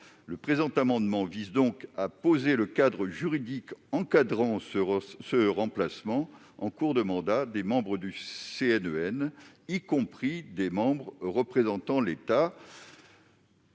Le présent amendement vise donc à poser le cadre juridique du remplacement, en cours de mandat, des membres du CNEN, y compris des membres représentant l'État.